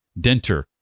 denter